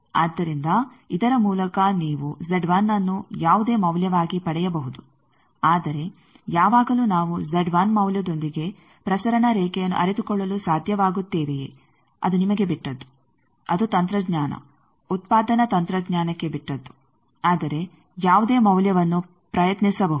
ಆದ್ದರಿಂದ ಇದರ ಮೂಲಕ ನೀವು ಅನ್ನು ಯಾವುದೇ ಮೌಲ್ಯವಾಗಿ ಪಡೆಯಬಹುದು ಆದರೆ ಯಾವಾಗಲೂ ನಾವು ಮೌಲ್ಯದೊಂದಿಗೆ ಪ್ರಸರಣ ರೇಖೆಯನ್ನು ಅರಿತುಕೊಳ್ಳಲು ಸಾಧ್ಯವಾಗುತ್ತೇವೆಯೇ ಅದು ನಿಮಗೆ ಬಿಟ್ಟದ್ದು ಅದು ತಂತ್ರಜ್ಞಾನ ಉತ್ಪಾದನಾ ತಂತ್ರಜ್ಞಾನಕ್ಕೆ ಬಿಟ್ಟದ್ದು ಆದರೆ ಯಾವುದೇ ಮೌಲ್ಯವನ್ನು ಪ್ರಯತ್ನಿಸಬಹುದು